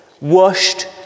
washed